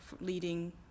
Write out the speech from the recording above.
leading